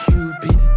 Cupid